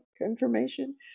information